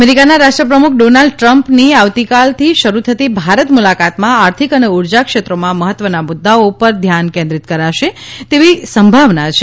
અમેરિકાના રાષ્ટ્રપ્રમુખ ડોનાલ્ડ ટ્રમ્પની આવતકાલથી શરૂ થતી ભારત મુલાકાતમાં આર્થિક અને ઊર્જા ક્ષેત્રોમાં મહત્વના મુદ્દાઓ ઉપર ધ્યાન કેન્દ્રિત કરાશે તેવી સંભાવના છે